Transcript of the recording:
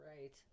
right